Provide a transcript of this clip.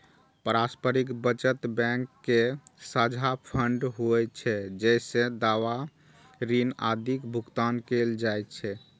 पारस्परिक बचत बैंक के साझा फंड होइ छै, जइसे दावा, ऋण आदिक भुगतान कैल जाइ छै